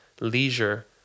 leisure